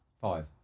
Five